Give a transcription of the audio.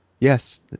Yes